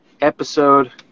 episode